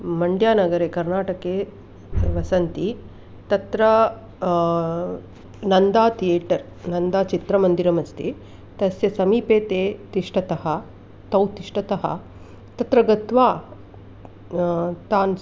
मण्ड्यानगरे कर्नाटके वसन्ति तत्र नन्दा तियेटर् नन्दा चित्रमन्दिरमस्ति तस्य समीपे ते तिष्ठतः तौ तिष्ठतः तत्र गत्वा तान्